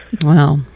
Wow